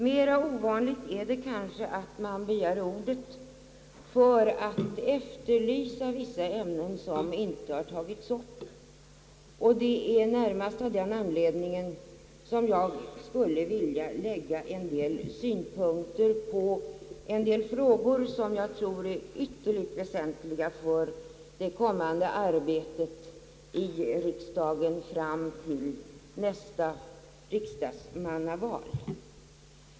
Mera ovanligt är det kanske att man begär ordet för att efterlysa vissa ämnen som inte har tagits upp. Det är närmast av den senare anledningen som jag tar till orda. Jag skulle vilja anföra en del synpunkter på vissa frågor som jag tror är ytterligt väsentliga för det kommande arbetet i riksdagen fram till nästa riksdagsmannaval.